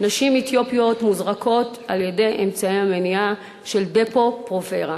נשים אתיופיות מוזרקות באמצעי המניעה דפו-פרוברה.